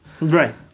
Right